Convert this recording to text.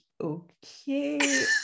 okay